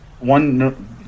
one